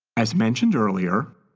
as mentioned earlier,